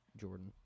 Jordan